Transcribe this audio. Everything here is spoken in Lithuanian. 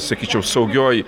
sakyčiau saugioj